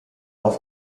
auf